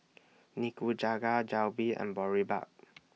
Nikujaga Jalebi and Boribap